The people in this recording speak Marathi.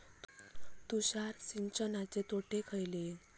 तुषार सिंचनाचे तोटे खयले?